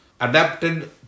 adapted